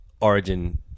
origin